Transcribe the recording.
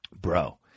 bro